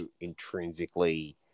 intrinsically